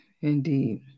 indeed